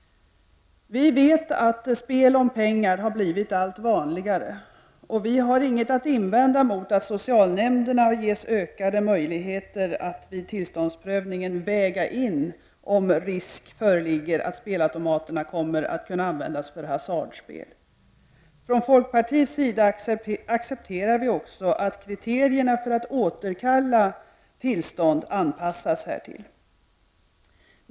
Vi vet att spel om pengar har blivit allt vanligare. Vi har inget att invända mot att socialnämnderna ges ökade möjligheter att vid tillståndsprövningen väga in om risk föreligger för att spelautomaterna kommer att kunna användas för hasardspel. Från folkpartiets sida accepterar vi också att kriterierna för att återkalla tillstånd anpassas härtill.